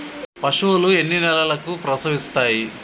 పశువులు ఎన్ని నెలలకు ప్రసవిస్తాయి?